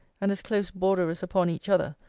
and as close borderers upon each other,